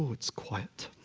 it's quiet.